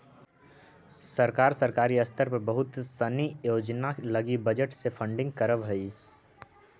सरकार सरकारी स्तर पर बहुत सनी योजना लगी बजट से फंडिंग करऽ हई